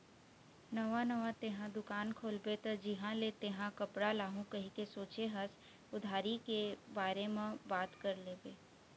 नवा नवा तेंहा दुकान खोलबे त जिहाँ ले तेंहा कपड़ा लाहू कहिके सोचें हस उधारी के बारे म बात कर लेबे